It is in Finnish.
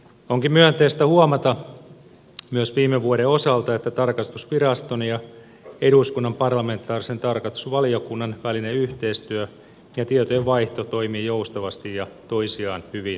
onkin myönteistä huomata myös viime vuoden osalta että tarkastusviraston ja eduskunnan parlamentaarisen tarkastusvaliokunnan välinen yhteistyö ja tietojenvaihto toimii joustavasti ja toisiaan hyvin täydentäen